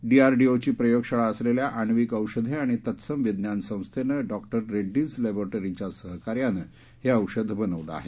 डीआरडीओची प्रयोगशाळा असलेल्या आण्विक औषधं आणि तत्सम विज्ञान संस्थेनं डॉक्टर रेड्डीज लॅबोरेटरी यांच्या सहकार्यानं हे औषध बनवलं आहे